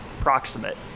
proximate